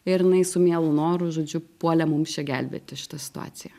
ir jinai su mielu noru žodžiu puolė mums čia gelbėti šitą situaciją